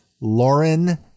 Lauren